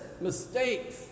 mistakes